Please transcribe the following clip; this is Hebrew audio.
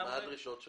מה הדרישות שלכם?